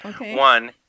One